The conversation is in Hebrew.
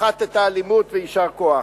הפחת אלימות, ויישר כוח.